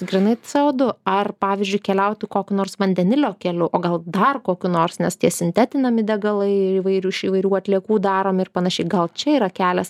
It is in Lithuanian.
grynai c o du ar pavyzdžiui keliautų kokiu nors vandenilio keliu o gal dar kokiu nors nes tie sintetinami degalai ir įvairių iš įvairių atliekų daromi ir panašiai gal čia yra kelias